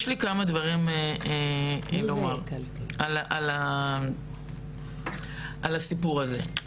יש לי כמה דברים לומר על הסיפור הזה.